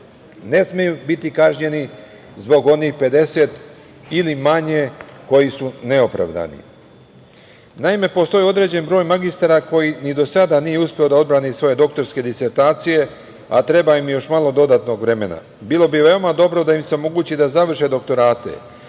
ne smeju kazniti zbog onih 50% ili manje, koji su neopravdani. Naime, postoji određen broj magistara koji ni do sada nisu uspeli da odbrane svoje doktorske disertacije, a treba im još malo dodatnog vremena. Bilo bi veoma dobro da im se omogući da završe doktorate.